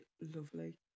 lovely